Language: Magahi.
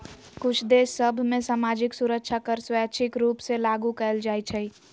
कुछ देश सभ में सामाजिक सुरक्षा कर स्वैच्छिक रूप से लागू कएल जाइ छइ